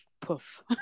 poof